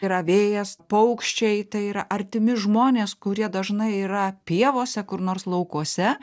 yra vėjas paukščiai tai yra artimi žmonės kurie dažnai yra pievose kur nors laukuose